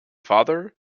father